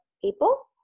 people